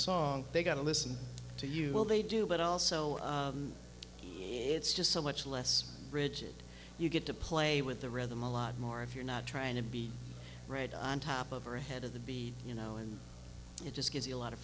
song they got to listen to you well they do but also it's just so much less rigid you get to play with the rhythm a lot more if you're not trying to be right on top of or ahead of the b you know and it just gives you a lot of